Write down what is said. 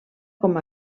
com